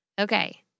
Okay